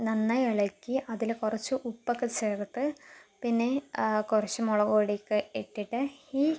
നന്നായി ഇളക്കി അതിൽ കുറച്ച് ഉപ്പൊക്കെ ചേർത്ത് പിന്നെ കുറച്ച് മുളക്പൊടിയൊക്കെ ഇട്ടിട്ട് ഈ